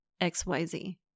XYZ